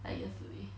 like yesterday